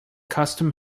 custom